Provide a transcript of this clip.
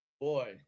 boy